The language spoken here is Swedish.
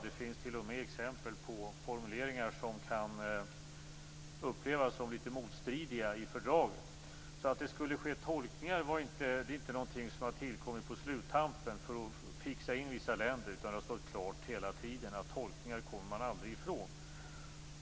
Det finns t.o.m. exempel på formuleringar i fördraget som kan upplevas som litet motstridiga. Att det skulle ske tolkningar är ingenting som har tillkommit på sluttampen för att fixa in vissa länder, utan det har hela tiden stått klart att tolkningar kommer man aldrig ifrån.